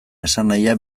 esanahia